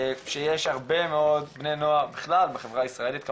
שיש הרבה מאוד בני נוער בכלל בחברה הישראלית כמובן,